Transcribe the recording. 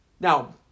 Now